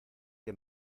que